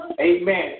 Amen